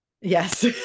yes